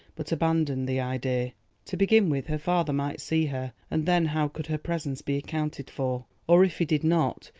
but abandoned the idea. to begin with, her father might see her, and then how could her presence be accounted for? or if he did not,